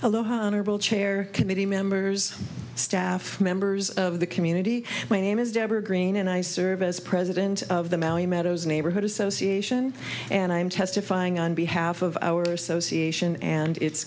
a honorable chair committee members staff members of the community my name is deborah green and i serve as president of the mountain meadows neighborhood association and i'm testifying on behalf of our association and its